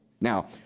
Now